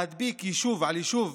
להדביק יישוב על יישוב